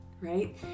right